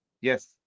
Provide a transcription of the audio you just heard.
Yes